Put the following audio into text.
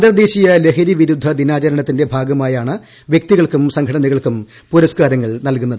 അന്തർദേശീയ ലഹരിവിരുദ്ധ ദിനാചരണത്തിന്റെ ഭാഗമായാണ് വ്യക്തികൾക്കും സംഘടനകൾക്കും പൂർസ്ട്കാരം നൽകുന്നത്